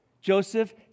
Joseph